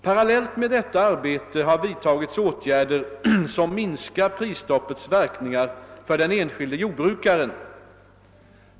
Parallellt med detta arbete har vidtagits åtgärder som minskar prisstoppets verkningar för den enskilde jordbrukaren.